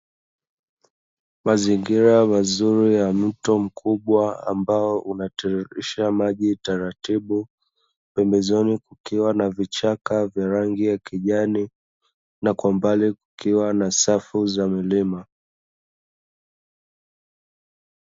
Mazingira mazuri ya mto mkubwa ambao unatiririsha maji taratibu, pembezoni kukiwa na vichaka vya rangi ya kijani na kwa mbali kukiwa na safu za milima.